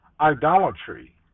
idolatry